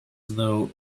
though